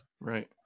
Right